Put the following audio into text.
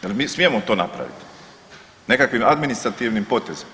Jel mi smijemo to napravit nekakvim administrativnim potezom?